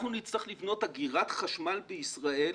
אנחנו נצטרך לבנות אגירת חשמל בישראל